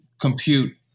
compute